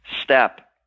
step